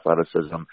athleticism